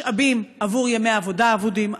משאבים עבור ימי עבודה אבודים,